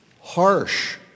harsh